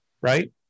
right